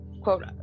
quote